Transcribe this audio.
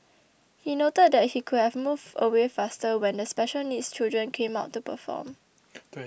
he noted that he could have moved away faster when the special needs children came out to perform